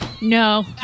No